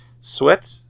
Sweat